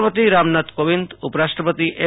રાષ્ટ્રપતિ રામનાથ કોવિંદ ઉપરાષ્ટ્રપતિ એમ